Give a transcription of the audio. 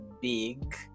big